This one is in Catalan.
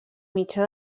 mitjà